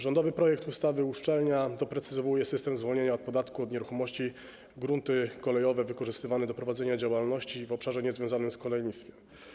Rządowy projekt ustawy uszczelnia, doprecyzowuje system zwolnienia z podatku od nieruchomości w przypadku gruntów kolejowych wykorzystywanych do prowadzenia działalności w obszarze niezwiązanym z kolejnictwem.